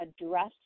address